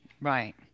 Right